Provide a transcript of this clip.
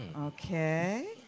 Okay